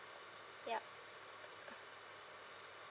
ya